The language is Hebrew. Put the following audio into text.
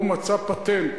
הוא מצא פטנט,